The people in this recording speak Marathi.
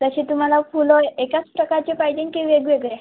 तशी तुम्हाला फुलं एकाच प्रकारची पाहिजे की वेगवेगळ्या